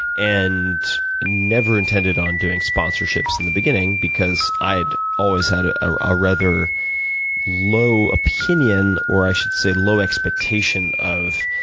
and never intended on doing sponsorships in the beginning, because i'd always had a ah ah rather low opinion, or i should say low expectation, of